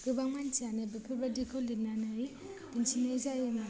गोबां मानसियानो बेफोरबादिखौ लिरनानै दसेनो जायोबा